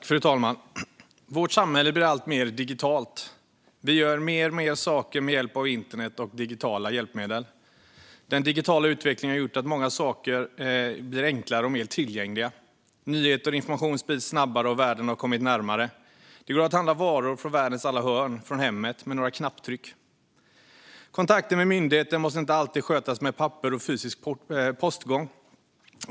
Fru talman! Vårt samhälle blir alltmer digitalt. Vi gör fler och fler saker med hjälp av internet och digitala hjälpmedel. Den digitala utvecklingen har gjort att många saker blir enklare och mer tillgängliga. Nyheter och information sprids snabbare, och världen har kommit närmare. Det går att handla varor från världens alla hörn från hemmet med några knapptryck. Kontakter med myndigheter måste inte alltid skötas med papper och fysisk postgång.